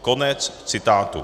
Konec citátu.